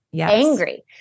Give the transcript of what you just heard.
angry